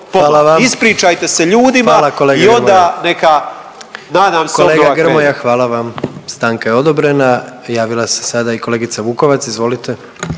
**Jandroković, Gordan (HDZ)** Kolega Grmoja, hvala vam. Stanka je odobrena. Javila se sada i kolegica Vukovac, izvolite.